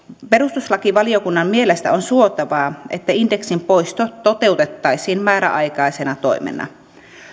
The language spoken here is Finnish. perustuslakivaliokunnan mielestä on suotavaa että indeksin poisto toteutettaisiin määräaikaisena toimena